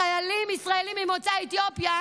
חיילים ישראלים ממוצא אתיופי,